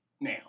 Now